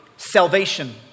salvation